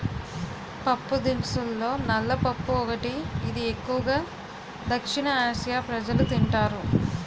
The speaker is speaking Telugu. పప్పుదినుసుల్లో నల్ల పప్పు ఒకటి, ఇది ఎక్కువు గా దక్షిణఆసియా ప్రజలు తింటారు